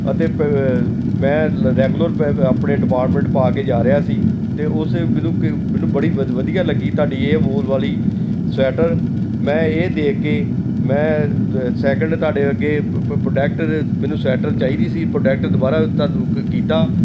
ਅਤੇ ਪ ਮੈਂ ਲ ਰੈਗੂਲਰ ਪ ਆਪਣੇ ਡਿਪਾਰਟਮੈਂਟ ਪਾ ਕੇ ਜਾ ਰਿਹਾ ਸੀ ਅਤੇ ਉਸੇ ਮੈਨੂੰ ਕ ਮੈਨੂੰ ਬੜੀ ਵਧ ਵਧੀਆ ਲੱਗੀ ਤੁਹਾਡੀ ਇਹ ਵੋਲ ਵਾਲੀ ਸਵੈਟਰ ਮੈਂ ਇਹ ਦੇਖ ਕੇ ਮੈਂ ਰ ਸੈਕਿੰਡ ਤੁਹਾਡੇ ਅੱਗੇ ਪ ਪ ਪ੍ਰੋਡਕਟ ਮੈਨੂੰ ਸੈਟਰ ਚਾਹੀਦੀ ਸੀ ਪ੍ਰੋਡਕਟ ਦੁਬਾਰਾ ਤੁਹਾਨੂੰ ਕ ਕੀਤਾ